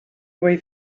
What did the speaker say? way